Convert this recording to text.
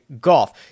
golf